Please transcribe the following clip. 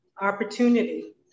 opportunity